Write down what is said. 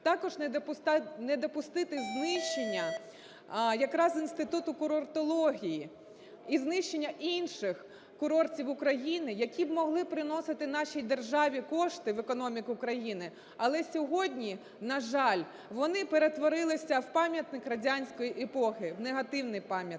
Також не допустити знищення якраз інституту курортології і знищення інших курортів України, які б могли приносити нашій державі кошти в економіку країни, але сьогодні, на жаль, вони перетворилися в пам'ятник радянської епохи, негативний пам'ятник.